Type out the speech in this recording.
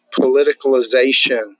politicalization